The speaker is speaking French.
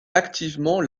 activement